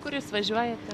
kur jūs važiuojate